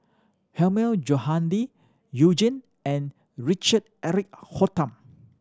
Hilmi Johandi You Jin and Richard Eric Holttum